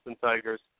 Tigers